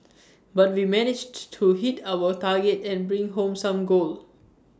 but we managed to hit our target and bring home some gold